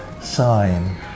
sign